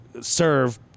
serve